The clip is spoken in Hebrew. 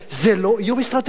זה לא איום אסטרטגי?